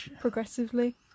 progressively